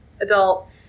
adult